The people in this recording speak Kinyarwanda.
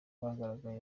bagaragaje